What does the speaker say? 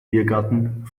biergarten